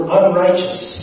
unrighteous